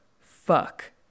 fuck